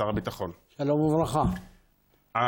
עוד דוגמה אחת,